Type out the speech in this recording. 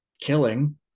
killing